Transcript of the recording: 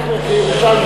אייכלר,